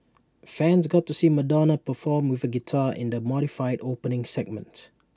fans got to see Madonna perform with A guitar in the modified opening segment